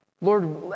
Lord